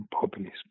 populism